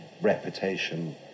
reputation